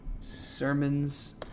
sermons